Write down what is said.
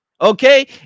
okay